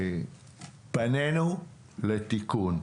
פנינו לתיקון.